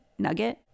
nugget